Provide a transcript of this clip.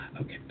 okay